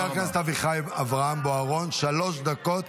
חבר הכנסת אביחי אברהם בוארון, שלוש דקות